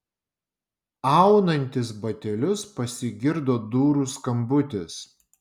aunantis batelius pasigirdo durų skambutis